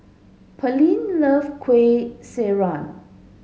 Pearlene love Kueh Syara